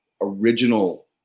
original